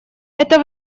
это